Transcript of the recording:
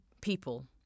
people